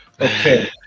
Okay